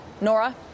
Nora